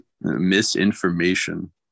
Misinformation